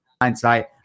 hindsight